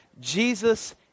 Jesus